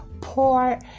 poor